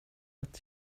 att